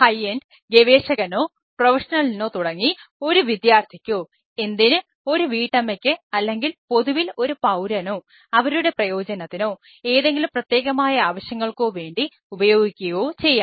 high end തുടങ്ങി ഒരു വിദ്യാർത്ഥിക്കോ എന്തിന് ഒരു വീട്ടമ്മയ്ക്ക് അല്ലെങ്കിൽ പൊതുവിൽ ഒരു പൌരനോ അവരുടെ പ്രയോജനത്തിനോ ഏതെങ്കിലും പ്രത്യേകമായ ആവശ്യങ്ങൾക്കോ വേണ്ടി ഉപയോഗിക്കുകയോ ചെയ്യാം